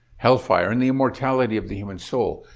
hellfire, and the immortality of the human soul.